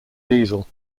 diesel